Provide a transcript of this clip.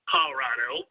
Colorado